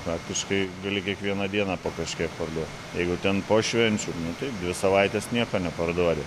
praktiškai gali kiekvieną dieną po kažkiek parduot jeigu ten po švenčių nu tai dvi savaites nieko neparduodi